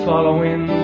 Following